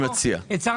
יש פה את שר